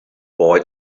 boy